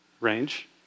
range